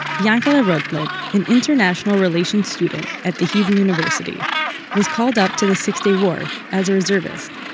yanka'le ah rotblit an international relations student at the hebrew university was called up to the six day war as a reservist.